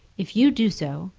if you do so,